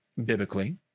biblically